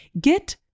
Get